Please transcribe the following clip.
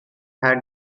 had